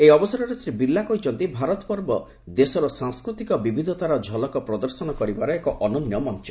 ଏହି ଅବସରରେ ଶ୍ରୀ ବିର୍ଲା କହିଛନ୍ତି ଭାରତପର୍ବ ଦେଶର ସାଂସ୍କୃତିକ ବିବିଧତାର ଝଲକ ପ୍ରଦର୍ଶନ କରିବାର ଏକ ଅନନ୍ୟ ମଞ୍ଚ